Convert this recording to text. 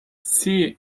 for